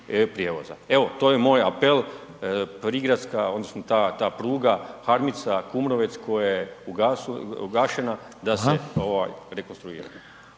prijevoza. Evo, to je moja apel, prigradska odnosno ta pruga Harmica-Kumrovec koja je ugašena da se rekonstruira.